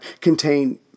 contain